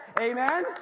Amen